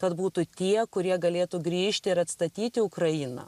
tad būtų tie kurie galėtų grįžti ir atstatyti ukrainą